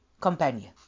companion